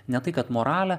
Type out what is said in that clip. ne tai kad moralę